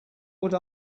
would